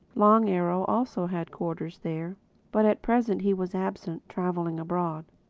long arrow also had quarters there but at present he was absent, traveling abroad.